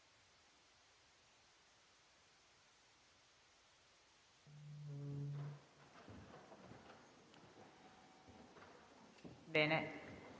bene.